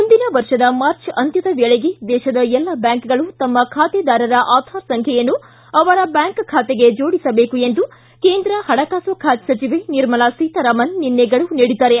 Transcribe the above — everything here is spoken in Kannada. ಮುಂದಿನ ವರ್ಷದ ಮಾರ್ಚ್ ಅಂತ್ಯದ ವೇಳೆಗೆ ದೇಶದ ಎಲ್ಲ ಬ್ಯಾಂಕ್ಗಳು ತಮ್ಮ ಖಾತೆದಾರರ ಆಧಾರ್ ಸಂಖ್ಯೆಯನ್ನು ಅವರ ಬ್ಯಾಂಕ್ ಖಾತೆಗೆ ಜೋಡಿಸಬೇಕು ಎಂದು ಕೇಂದ್ರ ಪಣಕಾಸು ಖಾತೆ ಸಚಿವೆ ನಿರ್ಮಲಾ ಸೀತಾರಾಮನ್ ನಿನ್ನೆ ಗಡುವು ನೀಡಿದ್ದಾರೆ